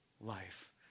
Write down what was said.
life